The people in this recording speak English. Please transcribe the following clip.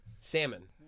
Salmon